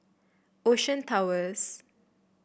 Ocean Towers